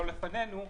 לפנינו,